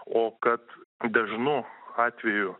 o kad dažnu atveju